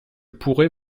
pourrais